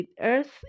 Earth